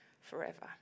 forever